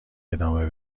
ادامه